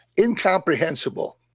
Incomprehensible